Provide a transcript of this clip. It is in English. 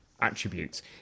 attributes